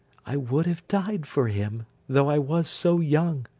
i would have died for him, though i was so young.